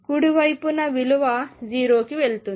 కుడి వైపున విలువ 0కి వెళుతుంది